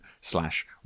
slash